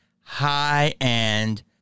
high-end